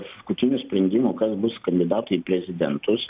paskutinių sprendimų kas bus kandidatu į prezidentus